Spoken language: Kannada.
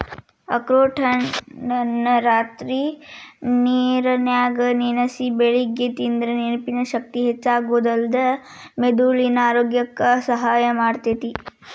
ಅಖ್ರೋಟನ್ನ ರಾತ್ರಿ ನೇರನ್ಯಾಗ ನೆನಸಿ ಬೆಳಿಗ್ಗೆ ತಿಂದ್ರ ನೆನಪಿನ ಶಕ್ತಿ ಹೆಚ್ಚಾಗೋದಲ್ದ ಮೆದುಳಿನ ಆರೋಗ್ಯಕ್ಕ ಸಹಾಯ ಮಾಡ್ತೇತಿ